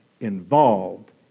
involved